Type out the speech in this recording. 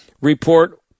report